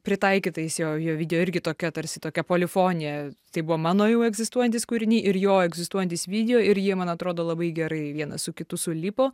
pritaikytais jo jo video irgi tokia tarsi tokia polifonija tai buvo mano jau egzistuojantys kūriniai ir jo egzistuojantys video ir jie man atrodo labai gerai vienas su kitu sulipo